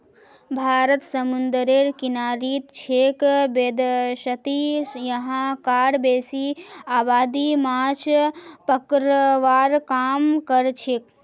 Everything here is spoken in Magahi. भारत समूंदरेर किनारित छेक वैदसती यहां कार बेसी आबादी माछ पकड़वार काम करछेक